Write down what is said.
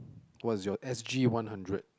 what's your S_G one hundred